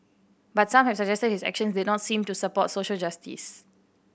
but some have suggested his actions did not seem to support social justice